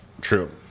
true